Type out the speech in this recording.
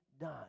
done